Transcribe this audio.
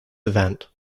event